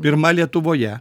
pirma lietuvoje